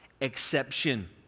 exception